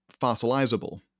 fossilizable